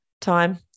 time